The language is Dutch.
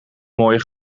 mooie